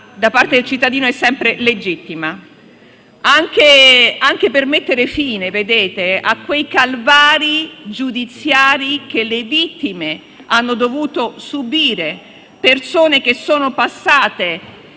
da parte del cittadino è sempre legittima, anche per mettere fine a quei calvari giudiziari che le vittime hanno dovuto subire, persone che sono passate